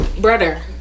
brother